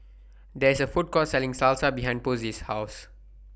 There IS A Food Court Selling Salsa behind Posey's House